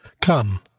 Come